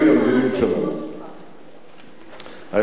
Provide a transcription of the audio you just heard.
שני עקרונות מנחים את המדיניות שלנו: האחד,